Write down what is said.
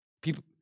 People